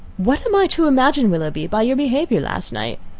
what am i to imagine, willoughby, by your behaviour last night?